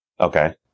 Okay